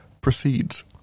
proceeds